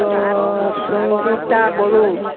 Sangeeta Bodo